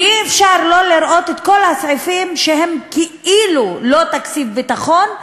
ואי-אפשר לא לראות את כל הסעיפים שהם כאילו לא תקציב הביטחון,